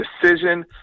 decision